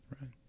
Right